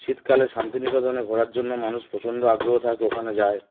শীতকালে শান্তিনিিকতনে ঘোরার জন্য মানুষ প্রচণ্ড আগ্রহ থাকে ওখানে যায়